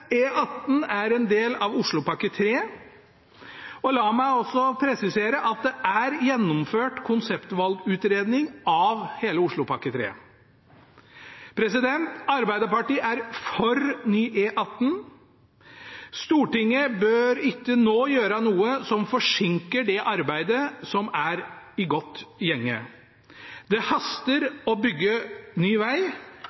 er en del av Oslopakke 3. La meg også presisere at det er gjennomført konseptvalgutredning av hele Oslopakke 3. Arbeiderpartiet er for ny E18. Stortinget bør ikke nå gjøre noe som forsinker det arbeidet som er i godt gjenge. Det haster